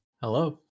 Hello